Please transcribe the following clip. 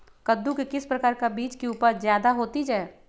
कददु के किस प्रकार का बीज की उपज जायदा होती जय?